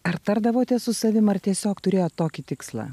ar tardavote su savim ar tiesiog turėjot tokį tikslą